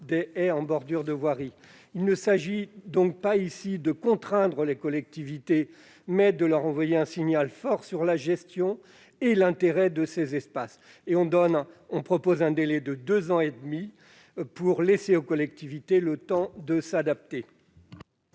des haies en bordure de voirie. Il ne s'agit donc pas ici de contraindre les collectivités, mais de leur envoyer un signal fort sur l'intérêt de la gestion de ces espaces. Nous proposons un délai de deux ans et demi pour laisser aux collectivités le temps de s'adapter.